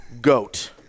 Goat